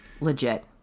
Legit